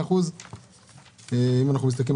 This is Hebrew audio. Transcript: בשנה שעברה